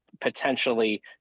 potentially